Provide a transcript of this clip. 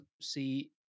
see